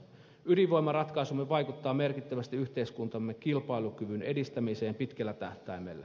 ydinvoimaratkaisumme vaikuttaa merkittävästi yhteiskuntamme kilpailukyvyn edistämiseen pitkällä tähtäimellä